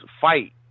fight